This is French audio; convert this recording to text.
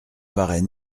paraît